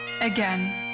again